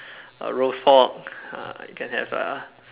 uh roast pork ah you can have uh